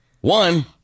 One